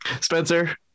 Spencer